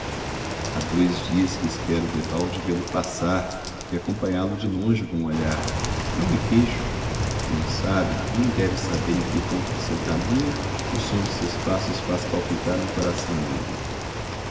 há dois dias que espero debalde vê-lo passar e acompanhá-lo de longe com um olhar não me queixo não sabe nem deve saber em que ponto de seu caminho o som de seus passos faz palpitar um coração amigo